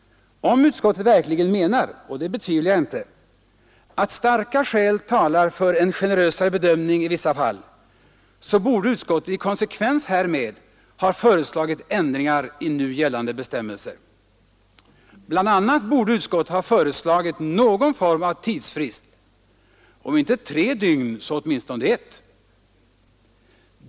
Om utskottet verkligen menar — och det betvivlar jag inte — att starka skäl talar för en generösare bedömning i vissa fall borde utskottet i konsekvens härmed ha föreslagit ändringar i nu gällande bestämmelser. Bl. a. borde utskottet ha föreslagit någon form av tidsfrist — om inte tre dygn så åtminstone ett!